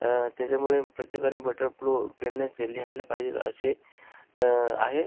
त्याच्यामुळे प्रत्येकाने बटरफ्लो पेननेच लिहायला पाहिजे अशे आहे